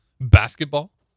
Basketball